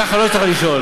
ככה לא תצטרך לשאול.